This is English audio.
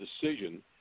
decision